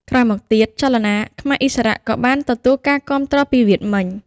ក្រោយមកទៀត ចលនាខ្មែរឥស្សរៈក៏បានទទួលការគាំទ្រពីវៀតមិញ។